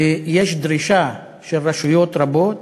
ויש דרישה של רשויות רבות,